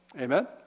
Amen